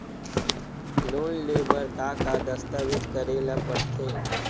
Loan ले बर का का दस्तावेज करेला पड़थे?